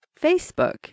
Facebook